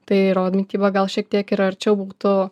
tai raw mityba gal šiek tiek ir arčiau būtų